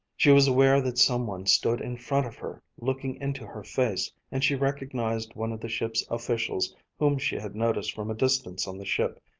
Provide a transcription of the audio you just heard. she was aware that some one stood in front of her, looking into her face, and she recognized one of the ship's officials whom she had noticed from a distance on the ship,